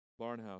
Barnhouse